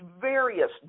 various